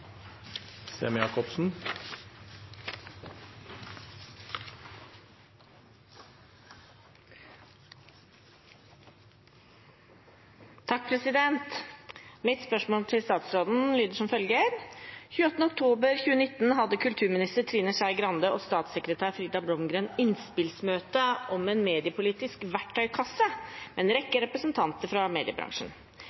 eller helseministeren. Mitt spørsmål til statsråden lyder som følger: «28. oktober 2019 hadde kulturminister Trine Skei Grande og statssekretær Frida Blomgren innspillsmøte om en mediepolitisk verktøykasse med en rekke